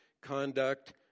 conduct